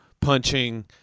punching